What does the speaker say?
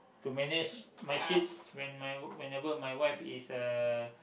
to manage my kids when my whenever my wife is uh